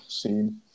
seen